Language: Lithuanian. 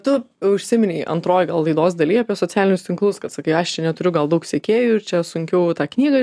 tu užsiminei antroj gal laidos dalyje apie socialinius tinklus kad sakai aš čia neturiu gal daug sekėjų ir čia sunkiau tą knygą